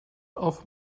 auf